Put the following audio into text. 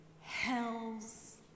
Hell's